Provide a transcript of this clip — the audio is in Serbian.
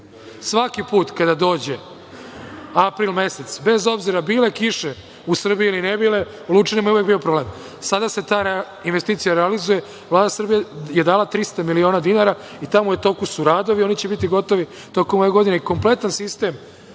Svaki put kada dođe april mesec, bez obzira bile kiše u Srbiji ili ne bile, u Lučanima je uvek bio problem. Sada se ta investicija realizuje. Vlada Srbije je dala 300 miliona dinara i tamo su u toku radovi, oni će biti gotovi tokom ovde godine i kompletan sistem